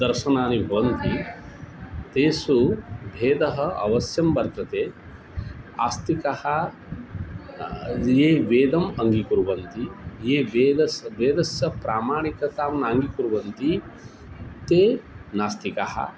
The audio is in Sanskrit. दर्शनानि भवन्ति तेषु भेदः अवश्यं वर्तते आस्तिकः ये वेदम् अङ्गीकुर्वन्ति ये वेदस्य वेदस्य प्रामाणिकताम् नाङ्गीकुर्वन्ति ते नास्तिकः